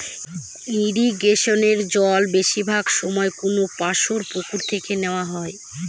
ইরিগেশনের জল বেশিরভাগ সময় কোনপাশর পুকুর থেকে নেওয়া হয়